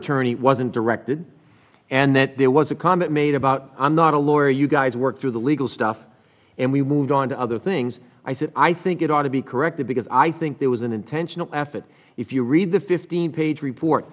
other tourney wasn't directed and that there was a comment made about i'm not a lawyer you guys work through the legal stuff and we moved on to other things i said i think it ought to be corrected because i think there was an intentional effort if you read the fifteen page report